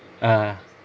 a'ah